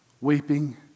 Weeping